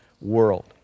world